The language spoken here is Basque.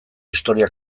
historia